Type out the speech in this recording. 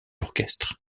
orchestre